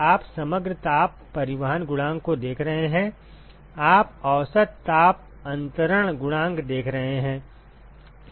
आप समग्र ताप परिवहन गुणांक को देख रहे हैं आप औसत ताप अंतरण गुणांक देख रहे हैं